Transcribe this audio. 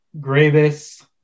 Gravis